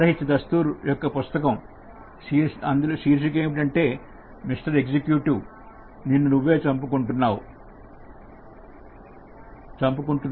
are H Dastur పుస్తకం యొక్క శీర్షిక ఏమిటంటే మిస్టర్ ఎగ్జిక్యూటివ్ నిన్ను నువ్వే చదువుకుంటున్నావా